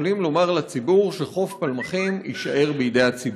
יכולים לומר לציבור שחוף פלמחים יישאר בידי הציבור.